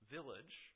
Village